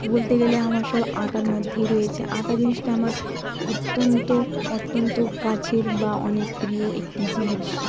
বলতে গেলে আমার সব আঁকার মধ্যেই রয়েছে আঁকা জিনিসটা আমার অত্যন্ত অত্যন্ত কাছের বা অনেক প্রিয় একটি জিনিস